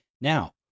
Now